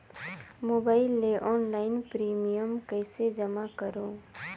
Mobile ले online premium कइसे जमा करों?